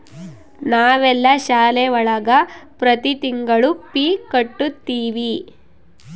ನಾವೆಲ್ಲ ಶಾಲೆ ಒಳಗ ಪ್ರತಿ ತಿಂಗಳು ಫೀ ಕಟ್ಟುತಿವಿ